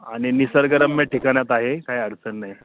आणि निसर्गरम्य ठिकाणात आहे काय अडचण नाही